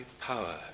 power